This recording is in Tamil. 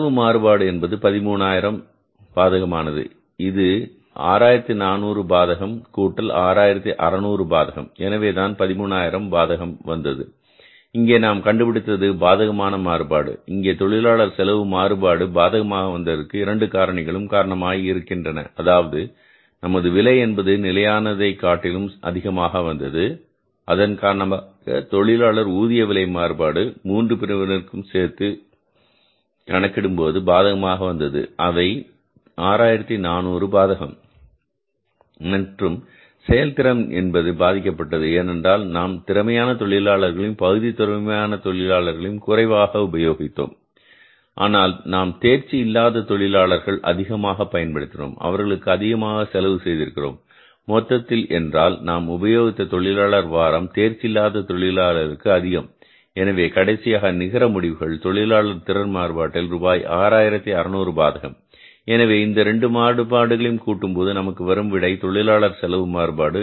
செலவு மாறுபாடு என்பது 13000 பாதகமானது இது 6400 பாதகம் கூட்டல் 6600 பாதகம் எனவேதான் 13000 பாதகம் வந்தது இங்கே நாம் கண்டுபிடித்தது பாதகமான மாறுபாடு இங்கே தொழிலாளர் செலவு மாறுபாடு பாதகமாக வந்ததற்கு இரண்டு காரணிகளும் காரணமாய் இருக்கின்றன அதாவது நமது விலை என்பது நிலையானவை காட்டிலும் அதிகமாக வந்தது அதன் காரணமாக தொழிலாளர் ஊதிய விலை மாறுபாடு மூன்று பிரிவினருக்கும் சேர்த்து கணக்கிடும்போது பாதகமாக வந்தது அவை 6400 பாதகம் மற்றும் செயல்திறன் என்பது பாதிக்கப்பட்டது ஏனென்றால் நாம் திறமையான தொழிலாளர்களையும் பகுதி திறமையான தொழிலாளர்களையும் குறைவாக உபயோகித்தோம் ஆனால் நாம் தேர்ச்சி இல்லாத தொழிலாளர்களை அதிகமாக பயன்படுத்தினோம் அவர்களுக்கு அதிகமாக செலவு செய்திருக்கிறோம் மொத்தத்தில் என்றால் நாம் உபயோகித்த தொழிலாளர் வாரம் தேர்ச்சி இல்லாத தொழிலாளர்களுக்கு அதிகம் எனவே கடைசியாக நிகர முடிவுகள் தொழிலாளர் திறன் மாறுபாட்டில் ரூபாய் 6600 பாதகம் எனவே இந்த இரண்டு மாறுபாடுகளையும் கூட்டும்போது நமக்கு வரும் விடை தொழிலாளர் செலவு மாறுபாடு